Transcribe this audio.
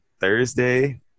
Thursday